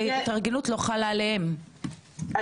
עובד זר שתקופת ההתארגנות חלה עליו לא מנוכה,